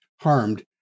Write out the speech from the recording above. harmed